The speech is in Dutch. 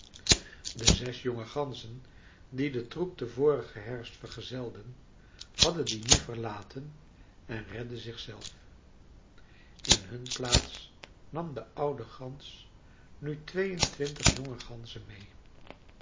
de zes jonge ganzen die den troep den vorigen herfst vergezelden hadden dien nu verlaten en redden zichzelf in hun plaats nam de oude gans nu tweeëntwintig jonge ganzen meê